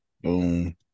Boom